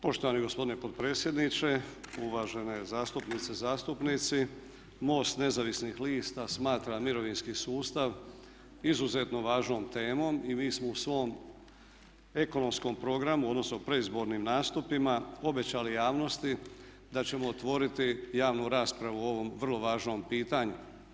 Poštovani gospodine potpredsjedniče, uvažene zastupnice, zastupnici MOST nezavisnih lista smatra mirovinski sustav izuzetno važnom temom i mi smo u svom ekonomskom programa, odnosno predizbornim nastupima obećali javnosti da ćemo otvoriti javnu raspravu o ovom vrlo važnom pitanju.